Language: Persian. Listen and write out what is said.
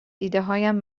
ایدههایم